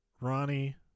Ronnie